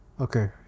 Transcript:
okay